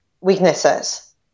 weaknesses